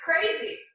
crazy